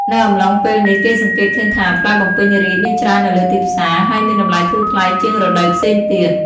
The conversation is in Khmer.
នៅអំឡុងពេលនេះ គេសង្កេតឃើញថាផ្លែបំពេញរាជ្យមានច្រើននៅលើទីផ្សារ ហើយមានតម្លៃធូរថ្លៃជាងរដូវផ្សេងទៀត។